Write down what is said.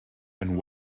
and